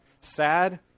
sad